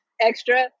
extra